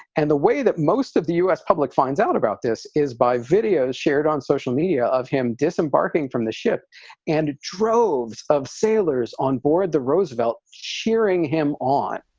and the way that most of the us public finds out about this is by videos shared on social media of him disembarking from the ship and droves of sailors onboard the roosevelt cheering him on.